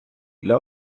для